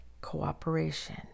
cooperation